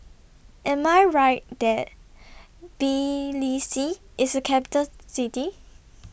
Am I Right that Tbilisi IS A Capital City